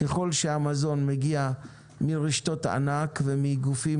ככל שהמזון מגיע מרשתות הענק ומגופים